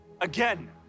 again